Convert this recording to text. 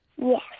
Yes